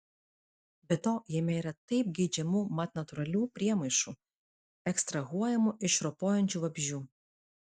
be to jame yra taip geidžiamų mat natūralių priemaišų ekstrahuojamų iš ropojančių vabzdžių